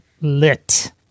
lit